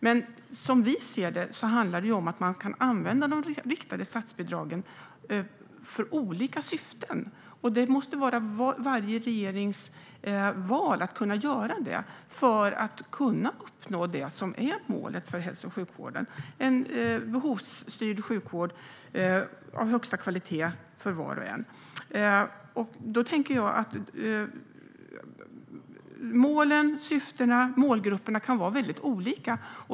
Som vi ser det handlar det om att man kan använda de riktade statsbidragen för olika syften. Det måste vara varje regerings val att göra detta för att kunna nå det som är målet för hälso och sjukvården, alltså en behovsstyrd sjukvård av högsta kvalitet för var och en. Målen, syftena och målgrupperna kan vara väldigt olika.